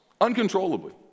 uncontrollably